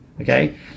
Okay